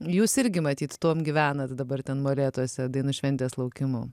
jūs irgi matyt tuom gyvenat dabar ten molėtuose dainų šventės laukimu